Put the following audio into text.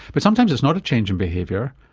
but sometimes it's not a change in behaviour,